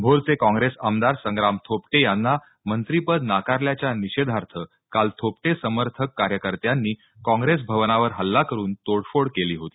भोरचे काँग्रेस आमदार संग्राम थोपटे यांना मंत्रिपद नाकारल्याच्या निषेधार्थ काल थोपटे समर्थक कार्यकर्त्यांनी काँग्रेस भवनावर हल्ला करुन तोडफोड केली होती